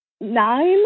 nine